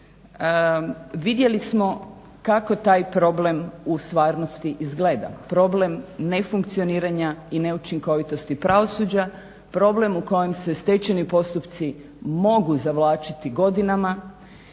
vidjeli smo kako taj problem u stvarnosti izgleda. Problem nefunkcioniranja i neučinkovitosti pravosuđa, problem u kojem se stečajni postupci mogu zavlačiti godinama.